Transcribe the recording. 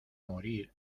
morir